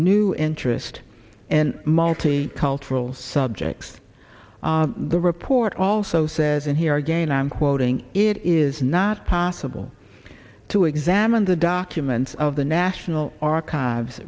new interest and multicultural subjects the report also says and here again i'm quoting it is not possible to examine the documents of the national archives